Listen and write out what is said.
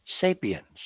sapiens